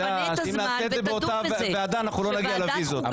אם נעשה את זה באותה ועדה, לא נגיע לוויזות.